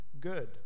good